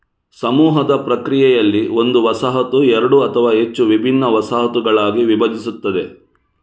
ಸಮೂಹದ ಪ್ರಕ್ರಿಯೆಯಲ್ಲಿ, ಒಂದು ವಸಾಹತು ಎರಡು ಅಥವಾ ಹೆಚ್ಚು ವಿಭಿನ್ನ ವಸಾಹತುಗಳಾಗಿ ವಿಭಜಿಸುತ್ತದೆ